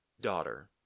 daughter